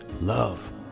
Love